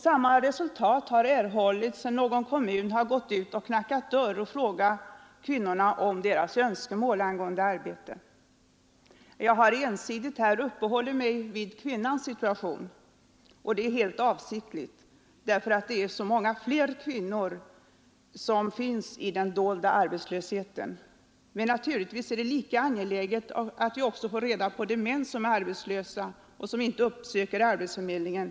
Samma resultat har erhållits om någon kommun har gått ut och knackat dörr och frågat kvinnorna om deras önskemål beträffande arbete. Jag har här ensidigt uppehållit mig vid kvinnans situation, och det är helt avsiktligt, därför att det är så många fler kvinnor än män som finns i den dolda arbetslösheten. Men naturligtvis är det lika angeläget att vi får reda på de män som är arbetslösa och inte uppsöker arbetsförmedlingen.